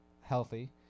healthy